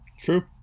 true